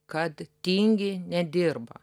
kad tingi nedirba